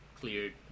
cleared